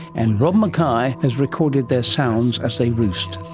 and rob mackay has recorded their sounds as they roost.